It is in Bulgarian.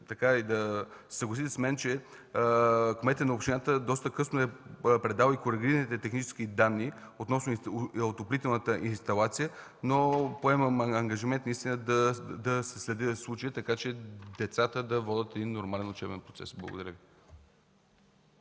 да се съгласите с мен, че кметът на общината доста късно е предал коригираните технически данни относно отоплителната инсталация. Поемам ангажимент да следя случая, та децата да водят нормален учебен процес. Благодаря.